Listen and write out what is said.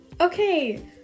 Okay